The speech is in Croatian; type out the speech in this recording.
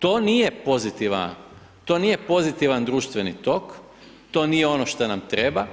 To nije pozitivan društveni tok, to nije ono što nam treba